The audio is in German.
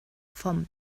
vom